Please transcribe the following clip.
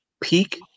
peak